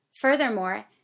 Furthermore